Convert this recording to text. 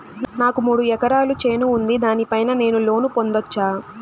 నాకు మూడు ఎకరాలు చేను ఉంది, దాని పైన నేను లోను పొందొచ్చా?